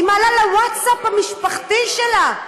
היא מעלה לווטסאפ המשפחתי שלה,